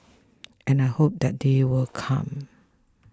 and I hope that day will come